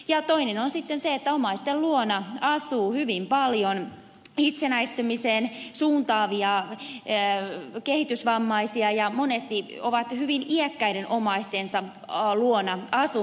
ja toinen on sitten se että omaisten luona asuu hyvin paljon itsenäistymiseen suuntaavia kehitysvammaisia ja monesti he ovat hyvin iäkkäiden omaistensa luona asumassa